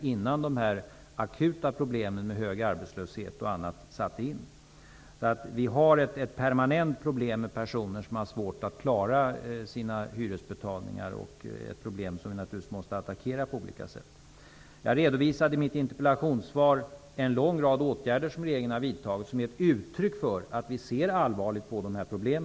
Det var innan de akuta problemen med hög arbetslöshet och annat uppstod. Det finns alltså ett permanent problem med personer som har svårt att klara av sina hyresbetalningar. Det är naturligtvis ett problem som vi på olika sätt måste attackera. I mitt interpellationssvar redovisade jag en lång rad åtgärder som regeringen har vidtagit. De är ett uttryck för att vi ser allvarligt på dessa problem.